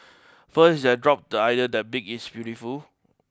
first he has dropped the idea that big is beautiful